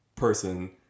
person